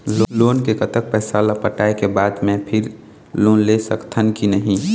Loan के कतक पैसा ला पटाए के बाद मैं फिर लोन ले सकथन कि नहीं?